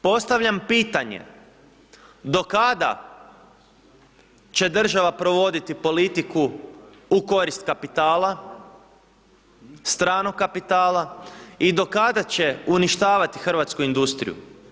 Postavljam pitanje do kada će država provoditi politiku u korist kapitala, stranog kapitala i do kada će uništavati hrvatsku industriju?